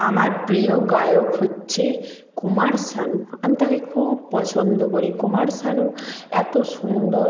আমার প্রিয় গায়ক হচ্ছে কুমার শানু আমি তাকে খুব পছন্দ করি কুমার শানু এতো সুন্দর